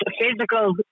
physical